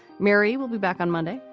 mary will be back on monday.